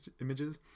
images